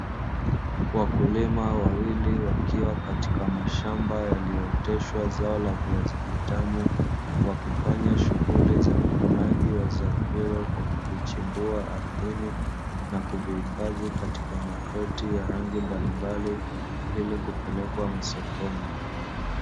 Wakulima wawili wakiwa katika shamba lililo oteshwa zao la viazi vitamu, wakifanya shughuli za uvunaji wa zao hilo kwa kuvichumbua ardhini na kuvihifadhi katika makreti ya rangi mbalimbali ili kupelekwa sokoni.